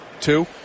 Two